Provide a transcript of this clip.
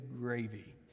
gravy